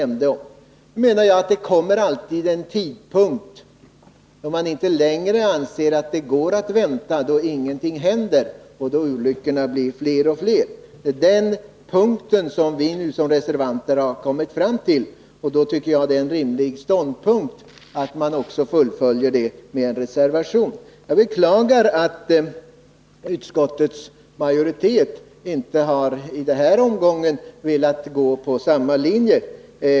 Men det kommer alltid en tidpunkt då man inser att det inte går att vänta längre, då olyckorna blir fler och fler. Vi reservanter anser att vi nått den tidpunkten, och då tycker jag att det är rimligt att fullfölja denna ståndpunkt med en reservation. Jag beklagar att utskottets majoritet i den här omgången inte har velat gå på samma linje.